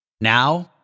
Now